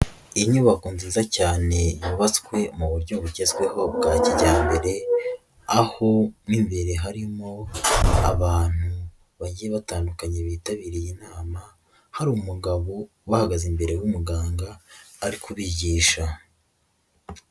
Inyubako nziza cyane yubatswe mu buryo bugezweho bwa kijyambere, aho mo imbere harimo abantu bagiye batandukanye bitabiriye inama, hari umugabo ubahagaze imbere w'umuganga ari kubigisha.